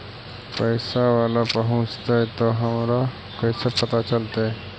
पैसा बाला पहूंचतै तौ हमरा कैसे पता चलतै?